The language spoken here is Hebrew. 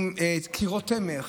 עם קירות תמך.